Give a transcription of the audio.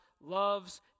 Loves